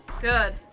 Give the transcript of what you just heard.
good